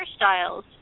hairstyles